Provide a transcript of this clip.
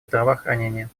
здравоохранения